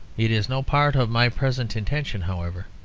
it is no part of my present intention, however,